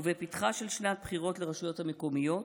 בפתחה של שנת בחירות לרשויות המקומיות